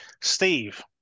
Steve